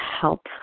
help